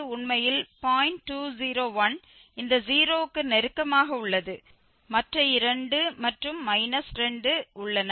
201 இந்த 0 வுக்கு நெருக்கமாக உள்ளது மற்ற இரண்டு 2 மற்றும் −2 உள்ளன